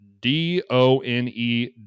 d-o-n-e